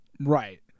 Right